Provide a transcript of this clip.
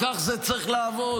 כך זה צריך לעבוד.